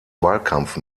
wahlkampf